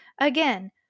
again